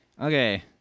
Okay